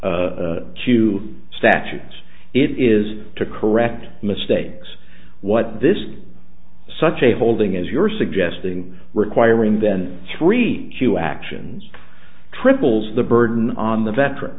two statutes it is to correct mistakes what this such a holding as you're suggesting requiring then three new actions triples the burden on the veteran